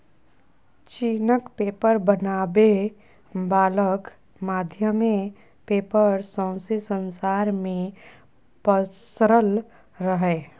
चीनक पेपर बनाबै बलाक माध्यमे पेपर सौंसे संसार मे पसरल रहय